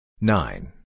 nine